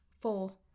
Four